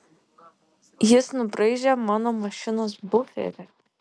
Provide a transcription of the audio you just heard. jis nubraižė mano mašinos buferį